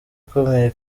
ikomeye